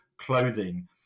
clothing